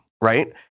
right